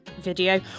video